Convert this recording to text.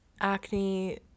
acne